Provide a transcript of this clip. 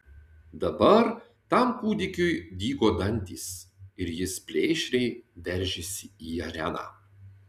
dabar tam kūdikiui dygo dantys ir jis plėšriai veržėsi į areną